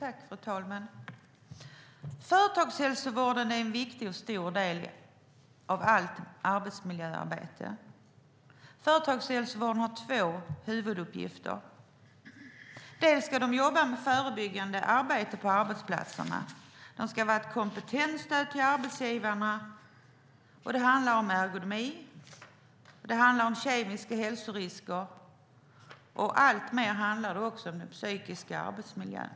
Fru talman! Företagshälsovården är en viktig och stor del av arbetsmiljöarbetet. Företagshälsovården har två huvuduppgifter. Man ska jobba med förebyggande arbete på arbetsplatserna. Man ska vara ett kompetensstöd till arbetsgivarna. Det handlar om ergonomi, kemiska hälsorisker och alltmer också om den psykiska arbetsmiljön.